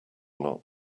not